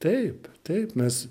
taip taip mes